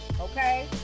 Okay